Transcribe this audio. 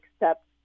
accept